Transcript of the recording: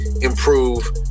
improve